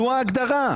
זו ההגדרה.